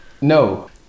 No